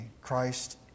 Christ